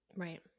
Right